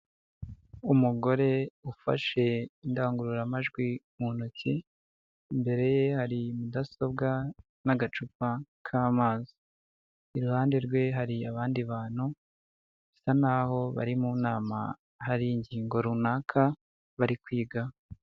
Umugore ufashe indangururamajwi mu ntoki, imbere ye hari mudasobwa n'agacupa k'amazi, iruhande rwe hari abandi bantu bisa nkaho bari mu nama hari ingingo runaka bari kwigaho.